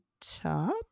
top